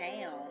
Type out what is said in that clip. town